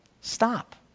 Stop